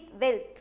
wealth